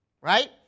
Right